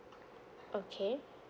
okay